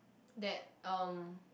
that um